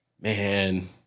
Man